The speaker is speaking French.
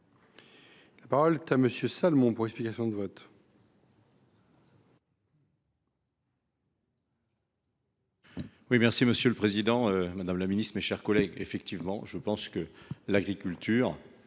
La parole est à M. Daniel Salmon, pour explication de vote.